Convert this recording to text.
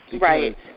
Right